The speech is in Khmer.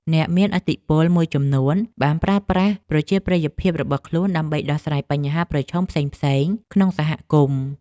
អ្នកមានឥទ្ធិពលមួយចំនួនបានប្រើប្រាស់ប្រជាប្រិយភាពរបស់ខ្លួនដើម្បីដោះស្រាយបញ្ហាប្រឈមផ្សេងៗក្នុងសហគមន៍។